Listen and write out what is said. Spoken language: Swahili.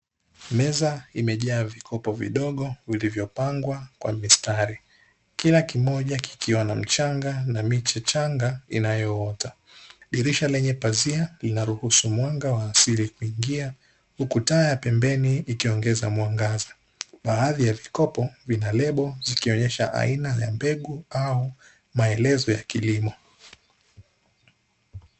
Meza imejaa vikopo vidogo vilivyopangwa kwa mistari, kila kimoja kikiwa na mchanga na miche changa inayoota. Dirisha lenye pazia linaruhusu mwanga wa asili kuingia, huku taa ya pembeni ikiongeza mwangaza, baadhi ya vikopo vinalebo zikionyesha aina ya mbegu au maelezo ya kilimo.